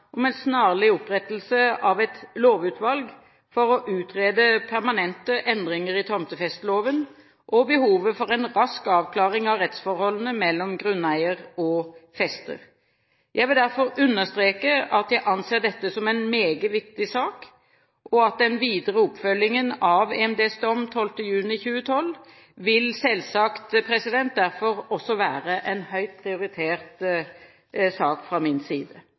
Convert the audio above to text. om en snarlig opprettelse av et lovutvalg for å utrede permanente endringer i tomtefesteloven, og behovet for en rask avklaring av rettsforholdene mellom grunneier og fester. Jeg vil derfor understreke at jeg anser dette som en meget viktig sak, og at den videre oppfølgingen av EMDs dom 12. juni 2012 selvsagt derfor også vil være en høyt prioritert sak fra min side.